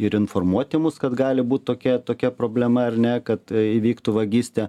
ir informuoti mus kad gali būt tokia tokia problema ar ne kad įvyktų vagystė